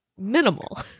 minimal